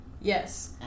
Yes